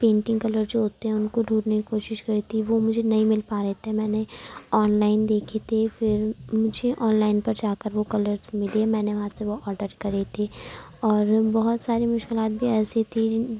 painting colour جو ہوتے ہیں ان کو ڈھونڈنے کی کوشش کر رہی تھی وہ مجھے نہیں مل پا رہے تھے میں نے آن لائن دیکھے تھے پھر مجھے آن لائن پر جا کر وہ کلرس ملے میں نے وہاں سے وہ آرڈر کرے تھے اور بہت ساری مشکلات بھی ایسی تھی